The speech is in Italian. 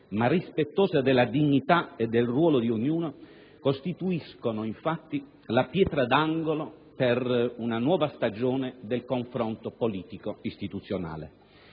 ma rispettosa della dignità e del ruolo di ognuno, costituiscono infatti la pietra d'angolo per una nuova stagione del confronto politico-istituzionale.